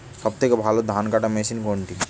সবথেকে ভালো ধানকাটা মেশিন কোনটি?